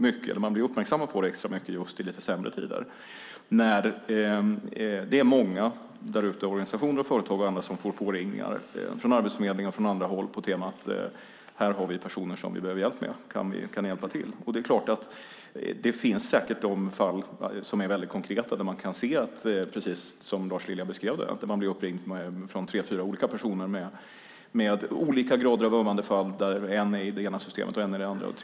Man blir uppmärksammad på det extra mycket just i lite sämre tider när det är många organisationer, företag och andra som får påringningar från Arbetsförmedlingen och andra håll på temat: Här har vi personer som vi behöver hjälp med. Kan ni hjälpa till? Det finns säkert fall som är väldigt konkreta där man, precis som Lars Lilja beskrev det, blir uppringd av tre fyra olika personer med olika grader av ömmande fall där en är i det ena systemet och en i ett annat.